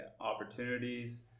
opportunities